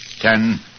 Ten